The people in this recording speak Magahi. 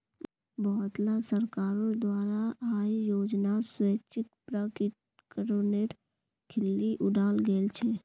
बहुतला सरकारोंर द्वारा आय योजनार स्वैच्छिक प्रकटीकरनेर खिल्ली उडाल गेल छे